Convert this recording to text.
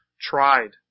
tried